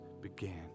began